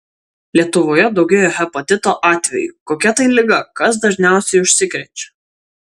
lietuvoje daugėja hepatito atvejų kokia tai liga kas dažniausiai užsikrečia